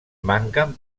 manquen